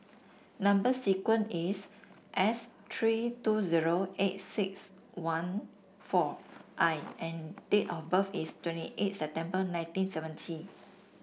number sequence is S three two zero eight six one four I and date of birth is twenty eight September nineteen seventy